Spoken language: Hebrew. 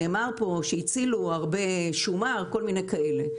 נאמר פה שהצילו הרבה שומר וכל מיני כאלה.